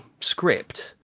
script